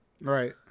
Right